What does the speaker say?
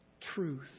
Truth